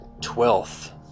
twelfth